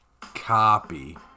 Copy